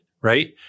right